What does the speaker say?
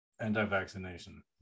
anti-vaccination